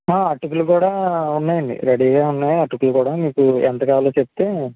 అటుకులు కూడా ఉన్నాయండి రెఢీగా ఉన్నాయి అటుకులు కూడా మీకు ఎంత కావాలో చెపితే